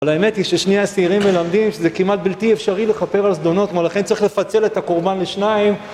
אבל האמת היא ששני השעירים מלמדים שזה כמעט בלתי אפשרי לכפר על זדונות מלכים, צריך לפצל את הקורבן לשניים